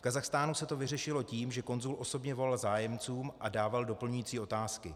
V Kazachstánu se to vyřešilo tím, že konzul osobně volal zájemcům a dával doplňující otázky.